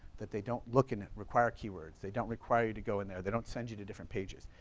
that they don't look and require key words, they don't require you to go in there, they don't send you to different pages,